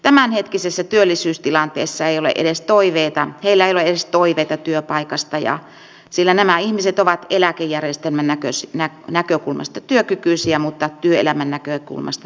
tämänhetkisessä työllisyystilanteessa heillä ei ole edes toiveita työpaikasta sillä nämä ihmiset ovat eläkejärjestelmän näkökulmasta työkykyisiä mutta työelämän näkökulmasta työkyvyttömiä